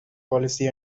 policy